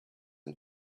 and